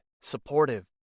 supportive